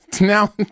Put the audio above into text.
Now